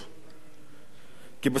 כי בסופו של דבר אני גר באופקים,